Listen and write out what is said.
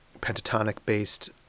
pentatonic-based